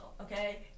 okay